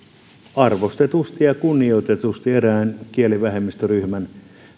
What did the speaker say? arvostetusti ja kunnioitetusti erään kielivähemmistöryhmän